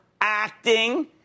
acting